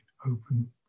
open